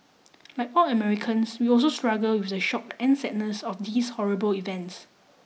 like all Americans we also struggle with the shock and sadness of these horrible events